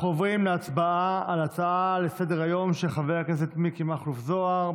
אנחנו עוברים להצבעה על ההצעה לסדר-היום של חבר הכנסת מיקי מכלוף זוהר.